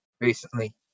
recently